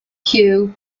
hugh